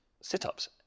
sit-ups